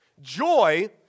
Joy